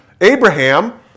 Abraham